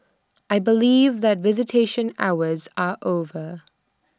I believe that visitation hours are over